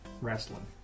Wrestling